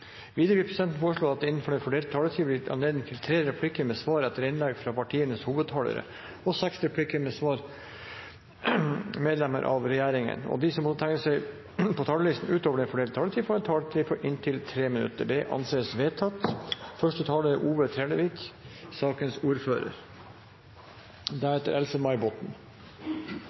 Videre vil presidenten foreslå at det blir gitt anledning til tre replikker med svar etter innlegg fra partienes hovedtalere og seks replikker med svar etter innlegg fra medlem av regjeringen innenfor den fordelte taletiden, og at de som måtte tegne seg på talerlisten utover den fordelte taletiden, får en taletid på inntil 3 minutter. – Det anses vedtatt.